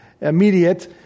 immediate